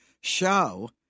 show